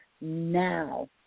now